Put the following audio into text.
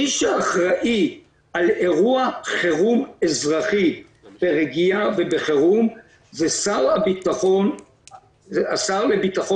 מי שאחראי על אירוע אזרחי ברגיעה ובחירום זה השר לביטחון הפנים.